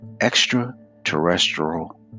extraterrestrial